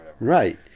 Right